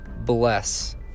bless